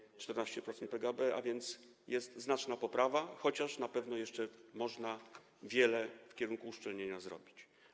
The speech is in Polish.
Chodzi o 14% PKB, a więc jest znaczna poprawa, chociaż na pewno jeszcze można wiele w kierunku uszczelnienia zrobić.